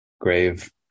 grave